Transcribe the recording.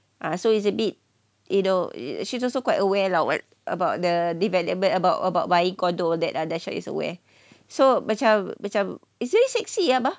uh so it's a bit you know she's also quite aware lah about the development about about buying condo uh that dasha is aware so macam macam it's very sexy lah